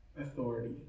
authority